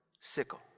sickle